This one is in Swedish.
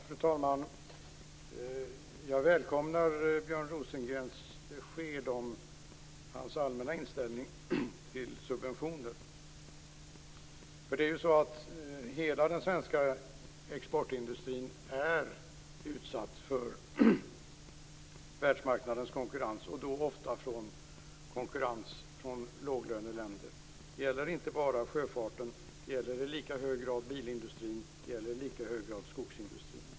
Fru talman! Jag välkomnar Björn Rosengrens besked om hans allmänna inställning till subventioner. Hela den svenska exportindustrin är utsatt för världsmarknadens konkurrens, och ofta från låglöneländer. Det gäller inte bara sjöfarten. Det gäller i lika hög grad bilindustrin och skogsindustrin.